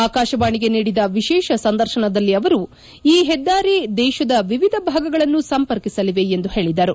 ಆಕಾಶವಾಣಿಗೆ ನೀಡಿದ ವಿಶೇಷ ಸಂದರ್ಶನದಲ್ಲಿ ಅವರು ಈ ಹೆದ್ದಾರಿ ದೇಶದ ವಿವಿಧ ಭಾಗಗಳನ್ನು ಸಂಪರ್ಕಿಸಲಿವೆ ಎಂದು ಹೇಳಿದರು